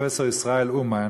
הפרופסור ישראל אומן